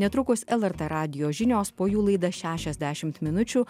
netrukus lrt radijo žinios po jų laida šešiasdešimt minučių